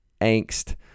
angst